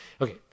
Okay